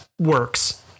works